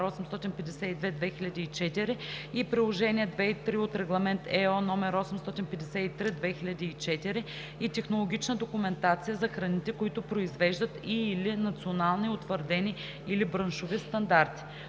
852/2004 и Приложения II и III от Регламент (ЕО) № 853/2004, и технологична документация за храните, които произвеждат и/или национални, утвърдени или браншови стандарти.“